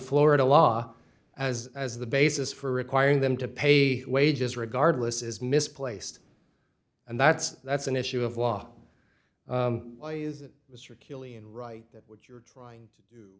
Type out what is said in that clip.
florida law as as the basis for requiring them to pay wages regardless is misplaced and that's that's an issue of law mr killion right that what you're trying to do